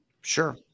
Sure